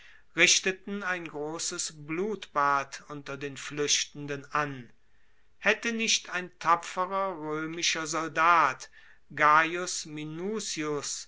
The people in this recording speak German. richteten ein grosses blutbad unter den fluechtenden an haette nicht ein tapferer roemischer soldat gaius minucius